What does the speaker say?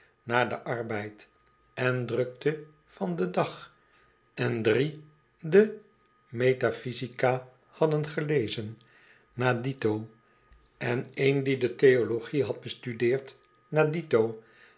na den arbeid en drukte van den dag en ï die demetaphisica hadden gelezen na dito en een die de theologie had bestudeerd na dito